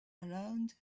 around